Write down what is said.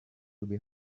behind